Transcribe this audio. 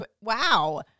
Wow